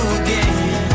again